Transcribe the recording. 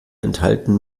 enthalten